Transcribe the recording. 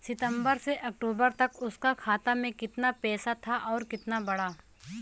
सितंबर से अक्टूबर तक उसका खाता में कीतना पेसा था और कीतना बड़ा?